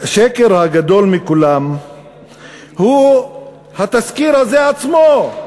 השקר הגדול מכולם הוא התזכיר הזה עצמו.